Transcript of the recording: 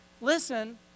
listen